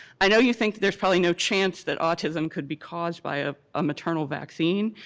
i know you think there's probably no chance that autism could be caused by a ah maternal vaccine,